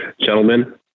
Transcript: Gentlemen